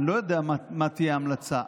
אני לא יודע מה תהיה ההמלצה,